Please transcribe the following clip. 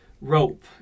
rope